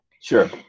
sure